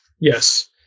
Yes